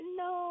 no